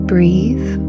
Breathe